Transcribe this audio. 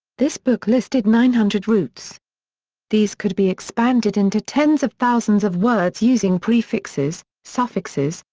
this book listed nine hundred roots these could be expanded into tens of thousands of words using prefixes, suffixes,